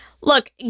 Look